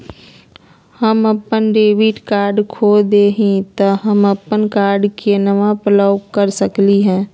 हम अपन debit card खो दे ही, त हम अप्पन कार्ड के केना ब्लॉक कर सकली हे?